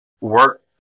Work